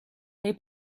they